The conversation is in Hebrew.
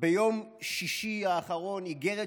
ביום שישי האחרון, איגרת